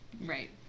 Right